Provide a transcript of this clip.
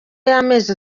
y’amezi